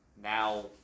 Now